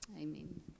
Amen